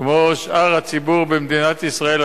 כמו שאר הציבור השפוי במדינת ישראל,